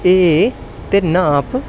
ऐ ते नाप